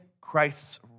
Christ's